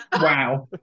Wow